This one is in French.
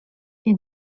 est